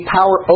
power